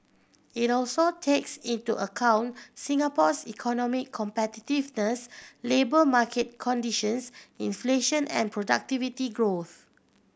it also takes into account Singapore's economic competitiveness labour market conditions inflation and productivity growth